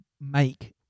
make